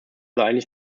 eigentlich